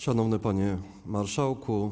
Szanowny Panie Marszałku!